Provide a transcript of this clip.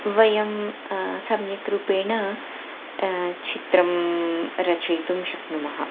वयं सम्यक् रूपेण चित्रं रचयितुं शक्नुमः